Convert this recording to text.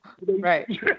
Right